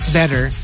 better